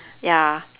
ya